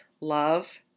Love